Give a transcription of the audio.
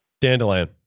Dandelion